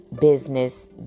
business